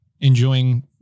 enjoying